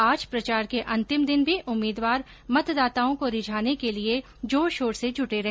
आज प्रचार के अंतिम दिन भी उम्मीदवार मतदाताओं को रिझाने के लिए जोर शोर से जुटे रहे